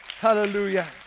Hallelujah